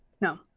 No